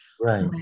Right